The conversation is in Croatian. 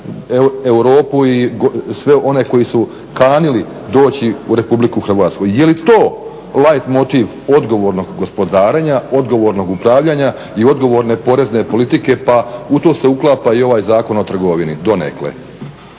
Europu i sve one koji su kanili doći u RH. Jeli to light motiv odgovornog gospodarenja, odgovornog upravljanja i odgovorne porezne politike pa u to se uklapa i ovaj Zakon o trgovini donekle.